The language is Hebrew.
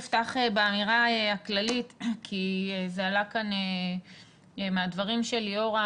אפתח באמירה הכללית כי זה עלה כאן מהדברים של ליאורה,